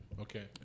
okay